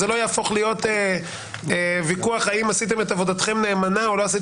יהפוך להיות ויכוח האם עשיתם את עבודתכם נאמנה או לא.